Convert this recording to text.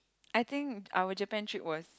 I think our Japan trip was